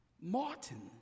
Martin